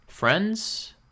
Friends